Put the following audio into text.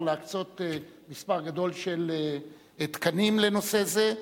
להקצות מספר גדול של תקנים לנושא זה.